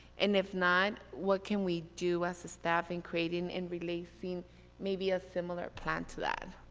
and if not, what can we do as a staff in creating and releasing maybe a similar plan to that.